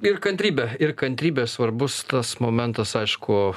ir kantrybė ir kantrybė svarbus tas momentas aišku